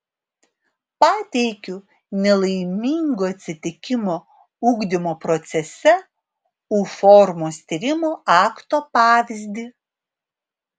pateikiu nelaimingo atsitikimo ugdymo procese u formos tyrimo akto pavyzdį